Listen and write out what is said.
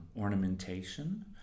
ornamentation